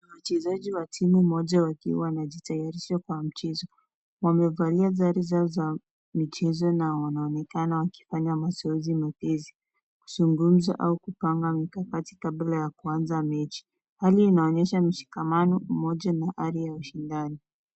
Wachezaji wa timu moja wakiwa wakijiayarisha kwa mchezo. Wamevalia sare zao za michezo na wanaonekana wakifanya mazoezi mepesi, kuzungumza au kupanga mikakati kabla ya kuanza mechi. Hali inaonyesha mshikamano, umoja na hali ya ushindani.